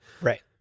Right